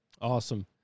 Awesome